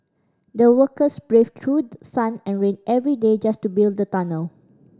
the workers braved through sun and rain every day just to build the tunnel